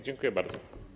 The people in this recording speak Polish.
Dziękuję bardzo.